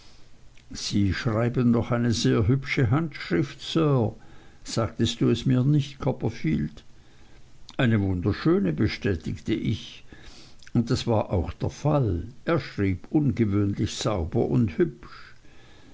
sie schreiben doch eine sehr hübsche handschrift sir sagtest du es mir nicht copperfield eine wunderschöne bestätigte ich und das war auch der fall er schrieb ungewöhnlich sauber und hübsch